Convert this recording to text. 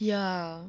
ya